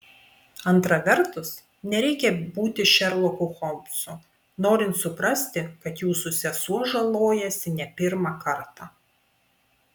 antra vertus nereikia būti šerloku holmsu norint suprasti kad jūsų sesuo žalojasi ne pirmą kartą